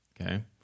okay